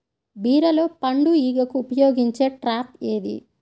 బీరలో పండు ఈగకు ఉపయోగించే ట్రాప్ ఏది?